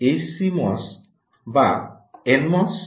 HCMOS বা N MoS